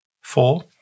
Four